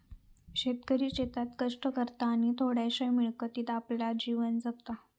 शेतकरी शेतात कष्ट करता आणि थोड्याशा मिळकतीत आपला जीवन जगता